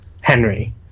Henry